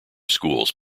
schools